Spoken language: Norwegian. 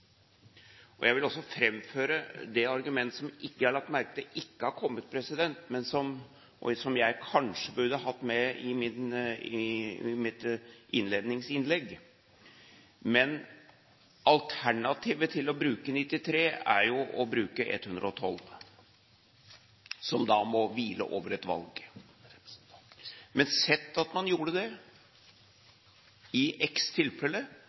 mener jeg er en gal balanse. Jeg vil også framføre det argument som jeg ikke har lagt merke til har kommet, men som jeg kanskje burde hatt med i mitt innledningsinnlegg: Alternativet til å bruke § 93 er jo å bruke § 112, som da må hvile over et valg. Men sett at man gjorde det i